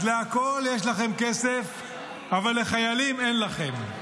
אז לכול יש לכם כסף אבל לחיילים אין לכם.